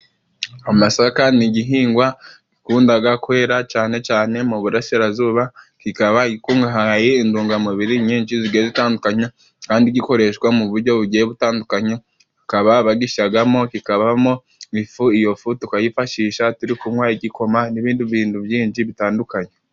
Amasaka ni igihingwa gikundaga kwera cane cane mu burasirazuba. kikaba gikungahaye indungamubiri nyinshi zigiye zitandukanye, kandi gikoreshwa mu buryo bugiye butandukanye. Hakaba bagisyagamo kikavamo ifu, iyo fu tukayifashisha turi kunywa igikoma, n'ibindi bindu byinshi bitandukanye.